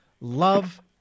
love